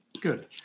Good